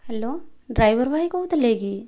hello driver ଭାଇ କହୁଥିଲେ କି